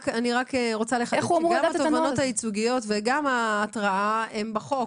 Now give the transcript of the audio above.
רק רוצה לחדד שגם התובענות הייצוגיות וגם ההתראה הן בחוק,